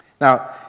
Now